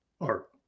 art